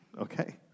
Okay